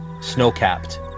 snow-capped